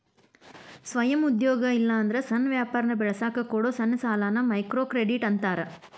ಸ್ವಯಂ ಉದ್ಯೋಗ ಇಲ್ಲಾಂದ್ರ ಸಣ್ಣ ವ್ಯಾಪಾರನ ಬೆಳಸಕ ಕೊಡೊ ಸಣ್ಣ ಸಾಲಾನ ಮೈಕ್ರೋಕ್ರೆಡಿಟ್ ಅಂತಾರ